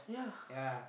yeah